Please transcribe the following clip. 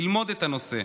ללמוד את הנושא,